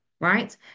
right